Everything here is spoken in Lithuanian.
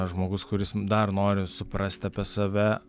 žmogus kuris dar nori suprasti apie save